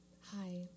Hi